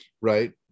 right